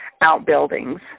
outbuildings